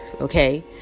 okay